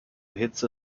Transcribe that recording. hitze